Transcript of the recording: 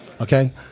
okay